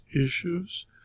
issues